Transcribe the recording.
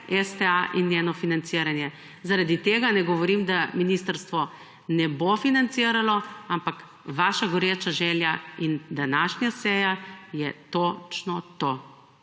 STA in njeno financiranje. Zaradi tega ne govorim, da ministrstvo ne bo financiralo, ampak vaša goreča želja in današnja seja je točno to